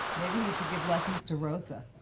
maybe he should give lessons to rosa.